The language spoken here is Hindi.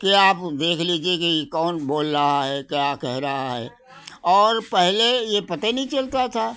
कि आप ऊ देख लीजिए कि कौन बोल रहा है क्या कह रहा है और पहले ये पता नहीं चलता था